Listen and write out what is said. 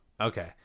Okay